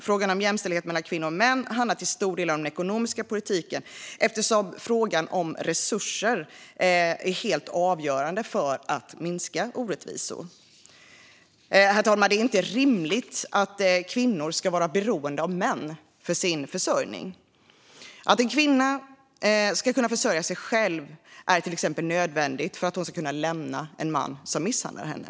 Frågan om jämställdhet mellan kvinnor och män handlar till stor del om den ekonomiska politiken, eftersom just resurser är helt avgörande för att minska orättvisor. Herr talman! Det är inte rimligt att kvinnor ska vara beroende av män för sin försörjning. Att en kvinna kan försörja sig själv är till exempel nödvändigt för att hon ska kunna lämna en man som misshandlar henne.